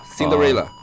Cinderella